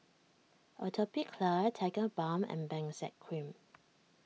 Atopiclair Tigerbalm and Benzac Cream